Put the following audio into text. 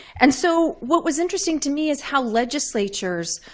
and so what was interesting to me is how legislatures,